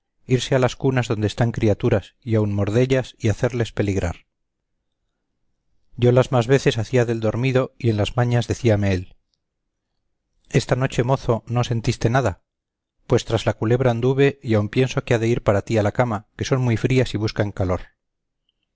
irse a las cunas donde están criaturas y aun mordellas y hacerles peligrar yo las más veces hacía del dormido y en las mañas decíame él esta noche mozo no sentiste nada pues tras la culebra anduve y aun pienso se ha de ir para ti a la cama que son muy frías y buscan calor